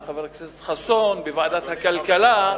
עם חבר הכנסת חסון בוועדת הכלכלה,